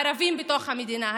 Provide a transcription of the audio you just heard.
הערבים בתוך המדינה,